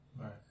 Right